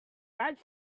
red